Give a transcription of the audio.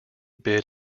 bid